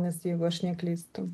nes jeigu aš neklystu